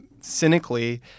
cynically